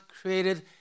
created